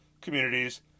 communities